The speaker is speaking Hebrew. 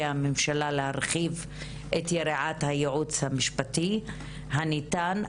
הממשלה להרחיב את יריעת הייעוץ המשפטי הניתן.